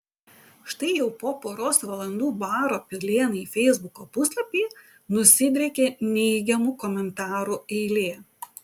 štai jau po poros valandų baro pilėnai feisbuko puslapyje nusidriekė neigiamų komentarų eilė